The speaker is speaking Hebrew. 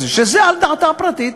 שזה על דעתה הפרטית,